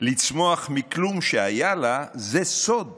לצמוח מכלום שהיה לה / זה סוד